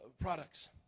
products